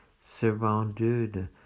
surrounded